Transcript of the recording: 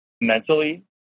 mentally